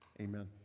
amen